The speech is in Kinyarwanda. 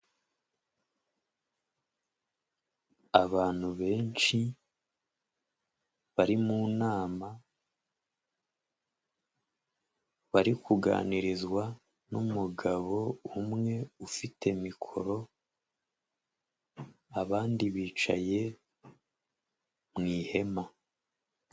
Abantu benshi bari mu nama, bari kuganirizwa n'umugabo umwe ufite mikoro, abandi bicaye mu ihema.